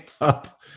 up